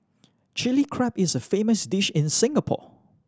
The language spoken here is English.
Chilli Crab is a famous dish in Singapore